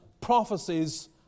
prophecies